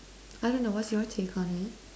I don't know what's your take on it